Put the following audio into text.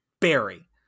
Barry